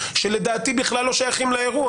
בכלל לא שייכים לאירוע